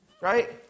right